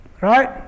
Right